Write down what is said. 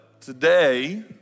today